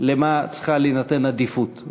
למה צריכה להינתן עדיפות.